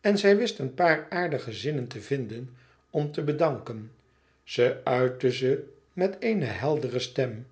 en zij wist een paar aardige zinnen te vinden om te bedanken ze uitte ze met eene heldere stem